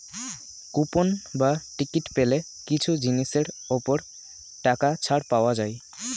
coupon বা ticket পেলে কিছু জিনিসের ওপর টাকা ছাড় পাওয়া যায়